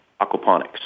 aquaponics